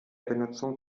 benutzung